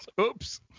Oops